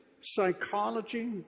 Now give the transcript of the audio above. psychology